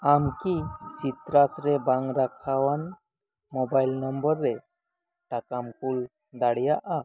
ᱟᱢᱠᱤ ᱥᱤᱛᱨᱟᱥ ᱨᱮ ᱵᱟᱝ ᱨᱟᱠᱷᱟᱣᱟᱱ ᱢᱚᱵᱟᱭᱤᱞ ᱱᱚᱢᱵᱚᱨ ᱨᱮ ᱴᱟᱠᱟᱢ ᱠᱩᱞ ᱫᱟᱲᱮᱭᱟᱜᱼᱟ